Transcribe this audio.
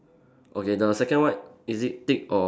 okay the second one is it thick or